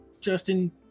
Justin